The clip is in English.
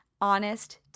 Honest